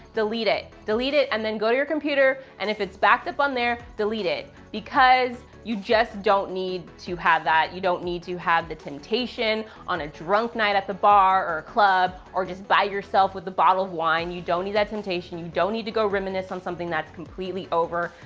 delete it. delete it, and then go to your computer, and if it's backed up on there, delete it, because you just don't need to have that. you don't need to have the temptation on a drunk night at the bar, or a club, or just by yourself with a bottle of wine, you don't need that temptation. you don't need to go reminisce on something that's completely over.